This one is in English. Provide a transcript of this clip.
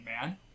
man